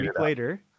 later